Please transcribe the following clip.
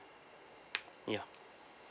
ya